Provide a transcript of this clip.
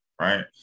right